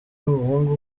n’umuhungu